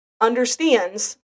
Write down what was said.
understands